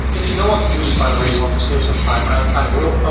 if you don't want to do this, by the way, you want to save sometime, i will. ah